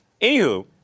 Anywho